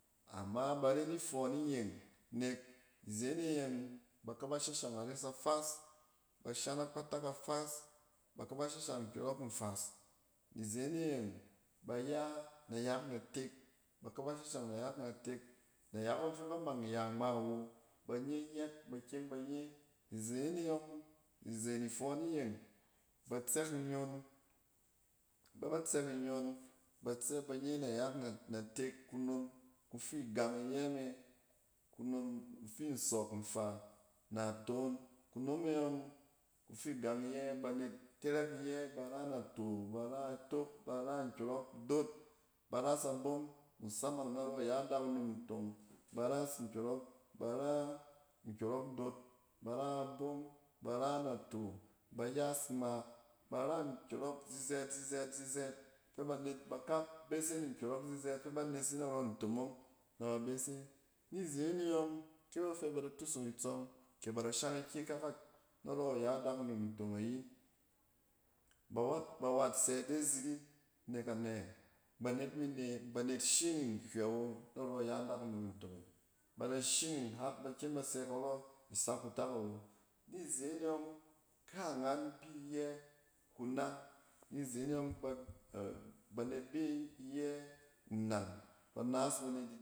Ama ba ren ifɔɔn iyeng nek izeen eyeng ba ka ba shashang ares afas. Ba shan akpatak afas, ba ka ba shashang nkyɔrɔk nfas. Izeen eyeng ba ya nayak natel, ba ka ba shashang nayak natek. Nayak ɔng fɛba mang ya ngma wo ba nye nyɛk ba kyem ba nye. Izeene yɔng, izen ifɔɔn iyeng batsɛk inyon, ba bɛ tsɛk inyon inyon ba tsɛ, ba nye nayak ba natek kunom kufi gang iyɛ me. Kunom kufi nsɛk nfaa na toon. Kunom e yɔng kufi gang iyɛ, banet tɛrɛk iyɛ, ba ra nato, ba ra itop ra nkyɔrɔk dot, ba ras abom mussaman narɔ iya dakunom ntong. Ba ras nkyɔrɔk, bara nkyɔrɔk dot, ba ra ɛbom, ba ra nato, ba yas ngma. Ba ra nkyɔrɔk zizɛɛt-zizɛɛt-zizɛɛt fɛ banaet ba kɛk bese ni nkyɔrɔk zizɛɛf- fɛ ba nes e narɔ ntomong nɛ ba bese. Nizene ɔng kɛba fɛ ba da tusung itɛɔm, kɛ ba da shan ikyikale narɔ iya dakunom ntong ayi, ba wat-ba wat sɛ ide ziri nek anɛ? Banet mi ne, banet shining hywɛ wo narɔ iya dakunom ntonge. Banet shining har ba kyem ba sɛ karɔ isak kutak awo. Nizen e yɔng, karngan bi iyɛ kunang, nizene yɔng ba banet bi iyɛ nnang. Ba naas banet